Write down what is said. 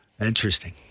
Interesting